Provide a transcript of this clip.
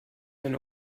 ein